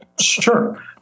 Sure